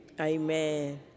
amen